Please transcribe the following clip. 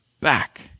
back